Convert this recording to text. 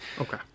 Okay